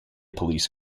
police